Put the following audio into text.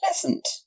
pleasant